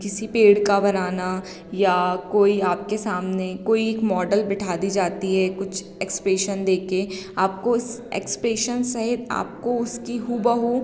किसी पेड़ का बनाना या कोई आपके सामने कोई एक मॉडल बिठा दी जाती है कुछ एक्सप्रेशन देकर आपको इस एक्सप्रेशन सहित आपको उसकी हुबहू